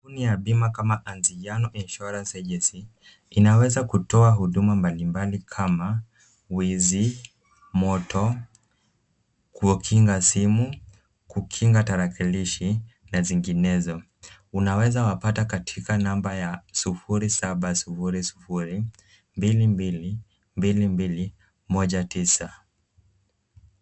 Kampuni ya bima kama Anziano Insurance Agency, inaweza kutoa huduma mbalimbali kama wizi, moto, kukinga simu, kukinga tarakilishi na zinginezo. Unaweza wapata katika namba ya 0700222219.